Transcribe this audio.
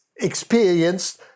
experienced